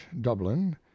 dublin